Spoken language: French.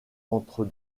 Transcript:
entre